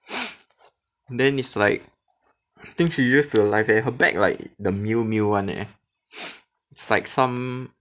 then is like think she used to the life leh her bag like the Miu Miu [one] eh it's like some